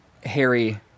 Harry